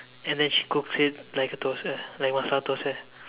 and then she cooks it like a dosai like masala dosai